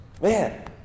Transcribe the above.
Man